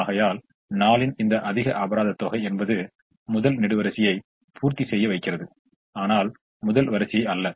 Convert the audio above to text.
ஆகையால் 4 இன் இந்த அதிக அபராத தொகை என்பது முதல் நெடுவரிசையைப் பூர்த்தி செய்ய வைக்கிறது ஆனால் முதல் வரிசையை அல்ல